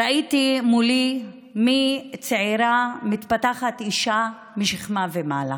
ראיתי מולי שמצעירה מתפתחת אישה משכמה ומעלה,